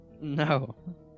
No